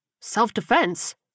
Self-defense